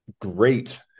great